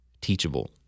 teachable